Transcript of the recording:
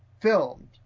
filmed